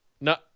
No